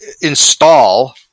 install